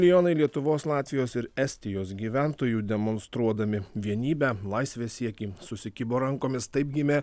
milijonai lietuvos latvijos ir estijos gyventojų demonstruodami vienybę laisvės siekį susikibo rankomis taip gimė